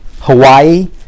Hawaii